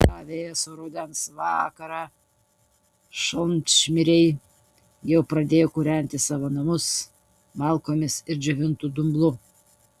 tą vėsų rudens vakarą šalčmiriai jau pradėjo kūrenti savo namus malkomis ar džiovintu dumblu